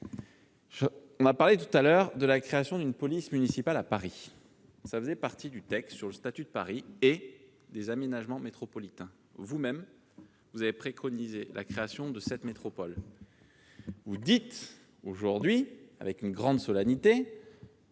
On a parlé tout à l'heure de la création d'une police municipale à Paris- mesure qui faisait partie du texte sur le statut de Paris -et des aménagements métropolitains. Vous avez vous-mêmes préconisé la création de cette métropole. Vous affirmez aujourd'hui, avec une grande solennité,